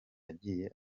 yagiye